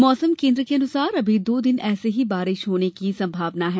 मौसम केन्द्र के अनुसार अभी दो दिन ऐसे ही बारिश होने की संभावना है